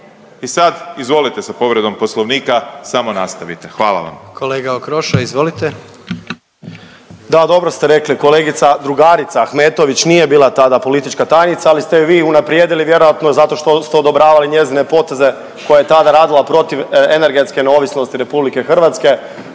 I sad izvolite sa povredom poslovnika samo nastavite. Hvala vam. **Jandroković, Gordan (HDZ)** Kolega Okroša izvolite. **Okroša, Tomislav (HDZ)** Da dobro ste rekli kolegica drugarica Ahmetović nije bila tada politička tajnica, ali ste ju vi unaprijedili vjerojatno zato što ste odobravali njezine poteze koje je tada radila protiv energetske neovisnosti RH, stoga